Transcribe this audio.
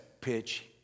pitch